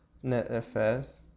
netfs